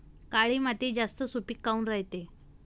काळी माती जास्त सुपीक काऊन रायते?